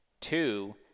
Two